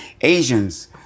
Asians